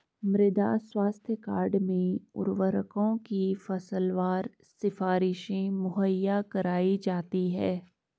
मृदा स्वास्थ्य कार्ड में उर्वरकों की फसलवार सिफारिशें मुहैया कराई जाती है